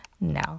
No